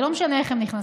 זה לא משנה איך הם נכנסים.